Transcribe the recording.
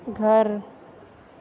घर